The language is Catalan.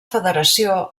federació